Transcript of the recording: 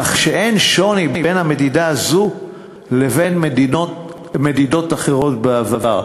כך שאין שוני בין המדידה הזאת לבין מדידות אחרות בעבר.